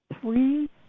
Three